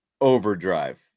Overdrive